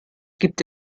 gibt